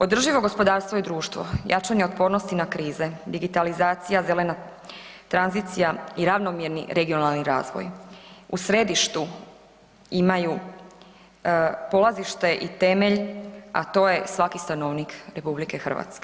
Održivo gospodarstvo i društvo, jačanje otpornosti na krize, digitalizacija, zelena tranzicija i ravnomjerni regionalni razvoj u središtu imaju polazište i temelj, a to je svaki stanovnik RH.